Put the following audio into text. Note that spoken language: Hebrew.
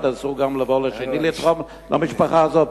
אסור גם לשני לבוא ולתרום למשפחה הזאת?